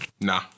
Nah